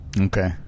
Okay